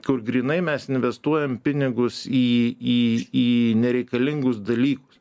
kur grynai mes investuojam pinigus į į į nereikalingus dalykus